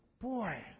boy